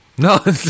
No